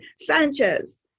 Sanchez